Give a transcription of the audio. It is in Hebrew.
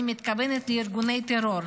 אני מתכוונת לארגוני טרור,